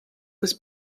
was